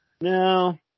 No